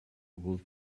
will